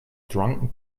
drunken